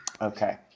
Okay